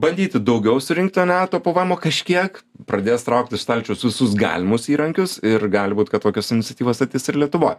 bandyti daugiau surinkti ane to pvemo kažkiek pradės traukti iš stalčius visus galimus įrankius ir gali būt kad tokias iniciatyvas statys ir lietuvoj